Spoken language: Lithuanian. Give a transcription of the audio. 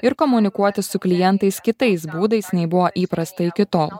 ir komunikuoti su klientais kitais būdais nei buvo įprasta iki tol